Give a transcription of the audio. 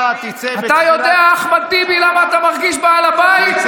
אתה יודע, אחמד טיבי, למה אתה מרגיש בעל הבית?